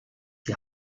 die